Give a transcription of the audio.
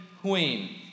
queen